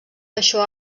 això